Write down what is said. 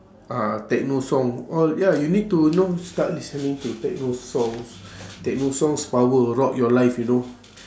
ah techno song all ya you need to know start listening to techno songs techno songs power rock your life you know